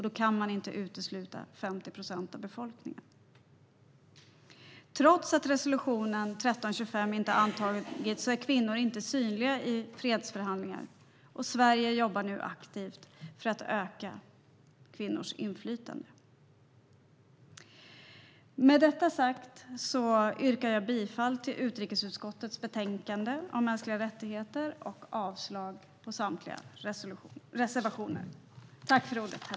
Då kan man inte utesluta 50 procent av befolkningen. Trots att resolution 1325 antagits är kvinnor inte synliga i fredsförhandlingar. Sverige jobbar nu aktivt för att öka kvinnors inflytande. Med detta sagt yrkar jag bifall till förslaget i utrikesutskottets betänkande om mänskliga rättigheter och avslag på samtliga reservationer.